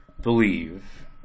believe